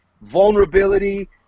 vulnerability